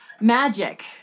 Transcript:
Magic